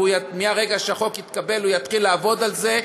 ומרגע שהחוק יתקבל הוא יתחיל לעבוד על זה,